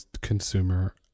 consumer